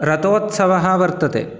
रथोत्सवः वर्तते